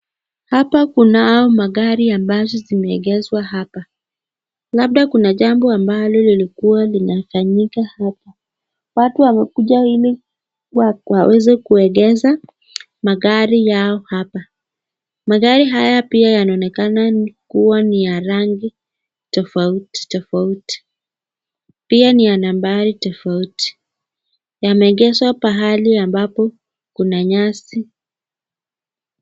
Hapa kunao magari ambao zimeegeshwa hapa. Labda kuna jambo ambalo lilikuwa linafanyika hapa. Watu wamekuja ili waweze kuegeza magari yao hapa. Magari haya pia yanaonekana kuwa ni ya rangi tofauti tofauti. pia ni ya nambari tofauti. Yameegeshwa pahali ambapo kuna nyasi.